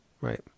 Right